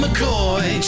McCoy